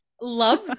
Love